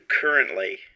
currently